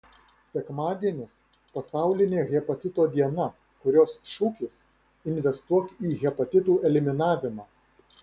sekmadienis pasaulinė hepatito diena kurios šūkis investuok į hepatitų eliminavimą